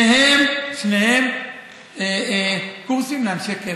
שניהם קורסים לאנשי קבע.